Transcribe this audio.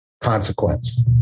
consequence